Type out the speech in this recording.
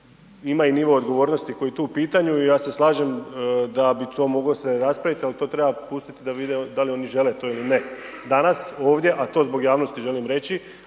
ima i nivo odgovornosti koji je tu u pitanju i ja se slažem da bi to moglo se raspravit, al to treba pustit da vide da li oni žele to ili ne. Danas ovdje, a to zbog javnosti želim reći,